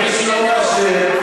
חצי הערה.